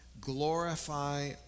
glorify